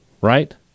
right